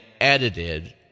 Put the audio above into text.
edited